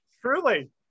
truly